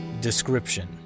Description